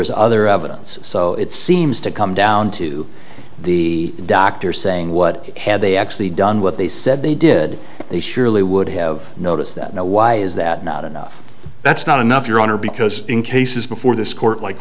is other evidence so it seems to come down to the doctor saying what had they actually done what they said they did they surely would have noticed that now why is that not enough that's not enough your honor because in cases before this court like